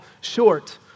short